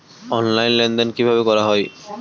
Online লেনদেন কিভাবে করা হয়?